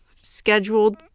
scheduled